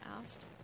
asked